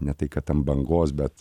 ne tai kad an bangos bet